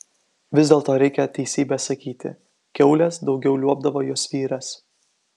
vis dėlto reikia teisybę sakyti kiaules daugiau liuobdavo jos vyras